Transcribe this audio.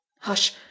Hush